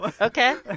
Okay